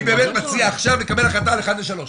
אז אני מציע עכשיו לקבל החלטה על אחד לשלוש.